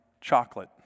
chocolate